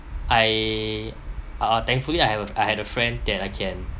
I uh uh thankfully I have I had a friend that I can